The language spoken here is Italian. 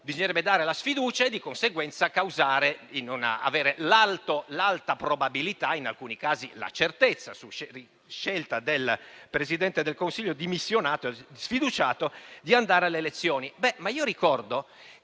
bisognerebbe sfiduciarlo e, di conseguenza, avere l'alta probabilità (in alcuni casi la certezza, su scelta del Presidente del Consiglio sfiduciato) di andare alle elezioni.